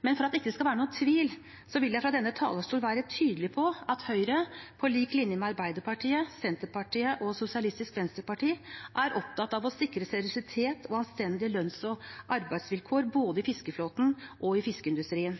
Men for at det ikke skal være noen tvil, vil jeg fra denne talerstolen være tydelig på at Høyre – på lik linje med Arbeiderpartiet, Senterpartiet og Sosialistisk Venstreparti – er opptatt av å sikre seriøsitet og anstendige lønns- og arbeidsvilkår både i fiskeflåten og i fiskeindustrien.